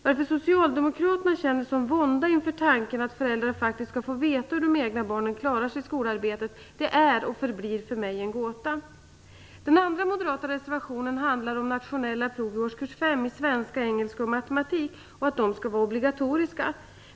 Varför Socialdemokraterna känner en sådan vånda inför tanken att föräldrar faktiskt skall få veta hur de egna barnen klarar sig i skolarbetet är och förblir för mig en gåta. Den andra moderata reservationen handlar om att nationella prov i årskurs 5 i svenska, engelska och matematik skall vara obligatoriska.